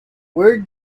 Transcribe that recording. where